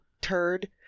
turd